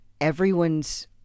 everyone's